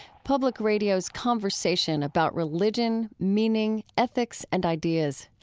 public radio's conversation about religion, meaning, ethics and ideas.